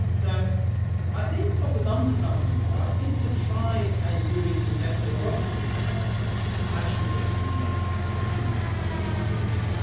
now i think popper's onto something there. i think to try and do it in methodological terms actually gets you nowhere, and it gets you nowhere very, very quickly.